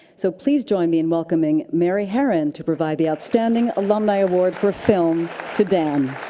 so please join me in welcoming mary harron to provide the outstanding alumni award for film to dan.